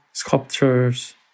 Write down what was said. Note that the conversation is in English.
sculptures